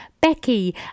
becky